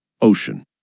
Ocean